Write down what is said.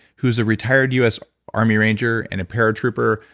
who's a retired us army ranger and a paratrooper,